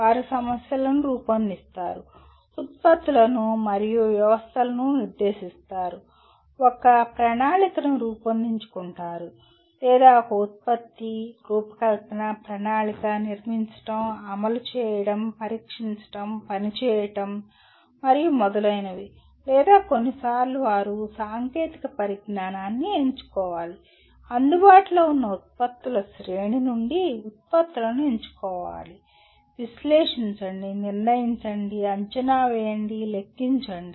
వారు సమస్యలను రూపొందిస్తారు ఉత్పత్తులు మరియు వ్యవస్థలను నిర్దేశిస్తారు ఒక ప్రణాళికను రూపొందించుకుంటారు లేదా ఒక ఉత్పత్తి రూపకల్పన ప్రణాళిక నిర్మించడం అమలు చేయడం పరీక్షించడం పనిచేయడం మరియు మొదలైనవి లేదా కొన్నిసార్లు వారు సాంకేతిక పరిజ్ఞానాన్ని ఎన్నుకోవాలి అందుబాటులో ఉన్న ఉత్పత్తుల శ్రేణి నుండి ఉత్పత్తులను ఎంచుకోవాలి విశ్లేషించండి నిర్ణయించండి అంచనా వేయండి లెక్కించండి